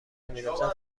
نمیرفتن